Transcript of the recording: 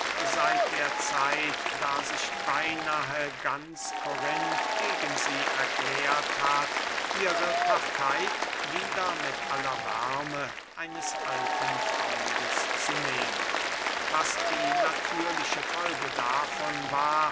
seit der zeit da sich beynahe ganz korinth gegen sie erklärt hat ihre partey wieder mit aller wärme eines alten freundes zu nehmen was die natürliche folge davon war